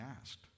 asked